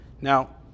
Now